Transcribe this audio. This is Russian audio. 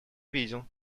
видел